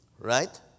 right